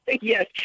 yes